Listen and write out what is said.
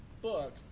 book